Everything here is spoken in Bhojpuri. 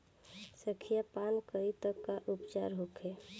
संखिया पान करी त का उपचार होखे?